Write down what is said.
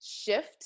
shift